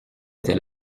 était